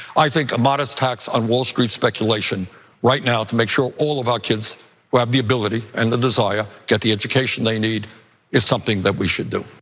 i think a modest tax on wall street speculation right now to make sure all of our kids who have the ability and the desire, get the education they need is something that we should do.